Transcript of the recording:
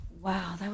Wow